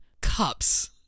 cups